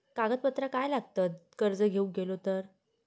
कागदपत्रा काय लागतत कर्ज घेऊक गेलो तर?